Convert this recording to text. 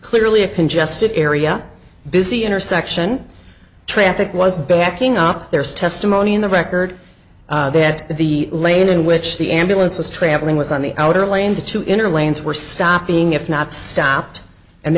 clearly a congested area busy intersection traffic was backing up there was testimony in the record that the lane in which the ambulance was traveling was on the outer lane due to inner lanes were stopping if not stopped and